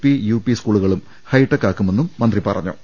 P UP സ്കൂളുകളും hi-tech ആക്കുമെന്നും മന്ത്രി പറഞ്ഞു